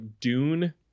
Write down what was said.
Dune